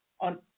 on